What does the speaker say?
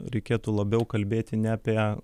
reikėtų labiau kalbėti ne apie